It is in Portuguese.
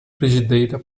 frigideira